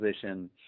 position